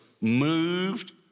moved